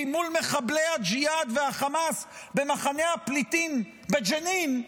מול מחבלי הג'יהאד והחמאס במחנה הפליטים בג'נין,